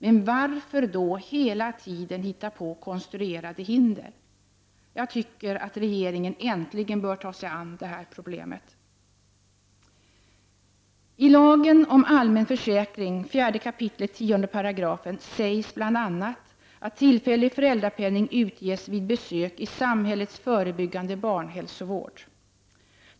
Men varför då hela tiden hitta på konstruerade hinder? Jag tycker att regeringen äntligen bör tar sig an detta problem. I 4 kap. 10§ lagen om allmän försäkring sägs det bl.a. att tillfällig föräldrapenning utges vid besök ”i samhällets förebyggande barnhälsovård”.